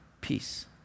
peace